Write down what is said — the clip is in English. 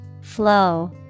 Flow